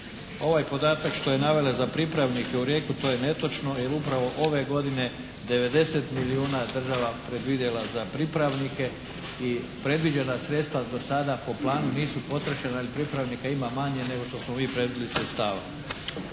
Ovaj podatak što je navela za pripravnike u Rijeku to je netočno, jer upravo ove godine 90 milijuna država je predvidjela za pripravnike i predviđena sredstva do sada po planu nisu potrošena jer pripravnika ima manje nego što smo mi predvidjeli sredstava.